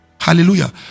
Hallelujah